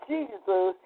Jesus